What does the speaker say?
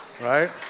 right